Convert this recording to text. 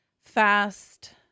fast